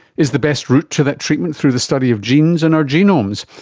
is the best route to that treatment through the study of genes and our genomes,